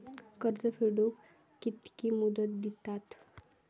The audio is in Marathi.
कर्ज फेडूक कित्की मुदत दितात?